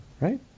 Right